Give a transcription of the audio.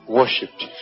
worshipped